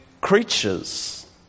creatures